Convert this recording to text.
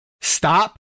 Stop